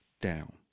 down